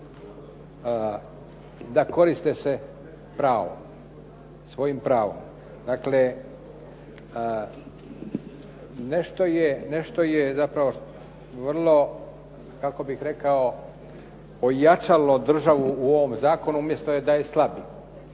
da koriste se pravom, svojim pravom. Dakle, nešto je zapravo vrlo pojačalo državu u ovom zakonu umjesto da je slabi,